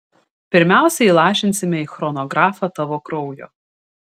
pirmiausia įlašinsime į chronografą tavo kraujo